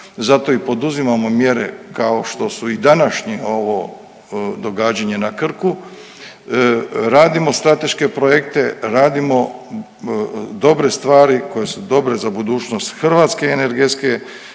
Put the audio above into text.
zato i poduzimamo mjere kao što su i današnji ovo događanja na Krku, radimo strateške projekte, radimo dobre stvari koje su dobre za budućnost hrvatske energetske